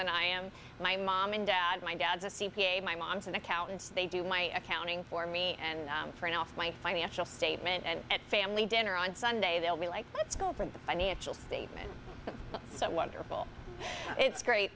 than i am my mom and dad my dad's a c p a my mom's and accountants they do my accounting for me and for an off my financial statement and family dinner on sunday they'll be like let's go for the financial statement so wonderful it's great